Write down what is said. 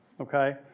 okay